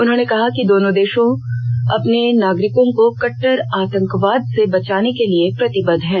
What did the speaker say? उन्होंने कहा कि दोनों देष अपने नागरिकों को कटटर आतंकवाद से बचाने के लिए प्रतिबद्ध है